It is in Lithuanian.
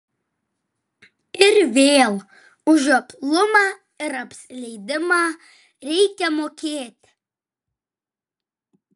ir vėl už žioplumą ir apsileidimą reikia mokėti